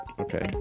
okay